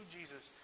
Jesus